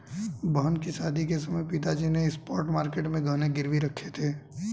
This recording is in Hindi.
बहन की शादी के समय पिताजी ने स्पॉट मार्केट में गहने गिरवी रखे थे